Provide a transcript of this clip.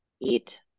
eat